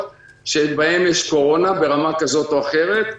שבהן יש קורונה ברמה כזאת או אחרת.